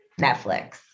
netflix